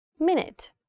Minute